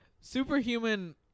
superhuman